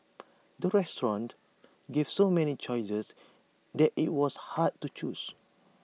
the restaurant gave so many choices that IT was hard to choose